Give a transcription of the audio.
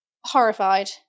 Horrified